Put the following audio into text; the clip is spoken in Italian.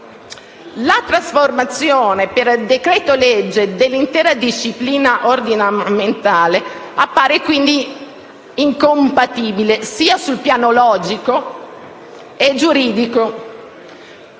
la trasformazione per decreto-legge dell'intera disciplina ordinamentale appare incompatibile, sul piano logico e giuridico,